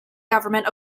government